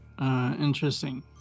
Interesting